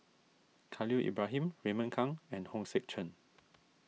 Khalil Ibrahim Raymond Kang and Hong Sek Chern